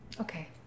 Okay